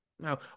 Now